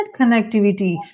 connectivity